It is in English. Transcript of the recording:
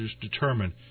determine